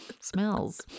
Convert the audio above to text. smells